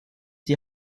die